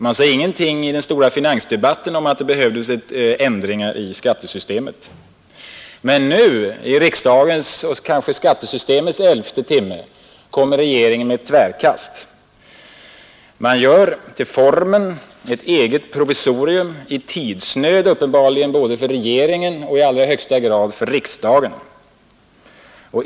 Man sade ingenting i den stora finansdebatten om att det behövdes ändringar i skattesystemet. Men nu i riksdagens och kanske skattesystemets elfte timme kommer regeringen med ett tvärkast. Man gör till formen ett eget provisorium, uppenbarligen i tidsnöd för regeringen och i allra högsta grad för riksdagen.